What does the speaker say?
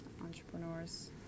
entrepreneurs